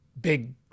big